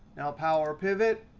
now power pivot,